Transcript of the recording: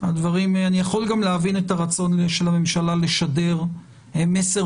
אני גם יכול להבין את הרצון של הממשלה לשדר מסר